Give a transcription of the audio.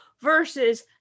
versus